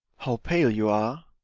how pale you are!